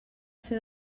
ser